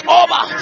over